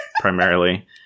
primarily